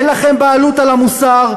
אין לכם בעלות על המוסר,